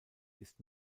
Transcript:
ist